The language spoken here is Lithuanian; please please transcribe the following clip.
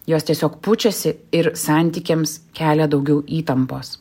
jos tiesiog pučiasi ir santykiams kelia daugiau įtampos